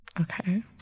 okay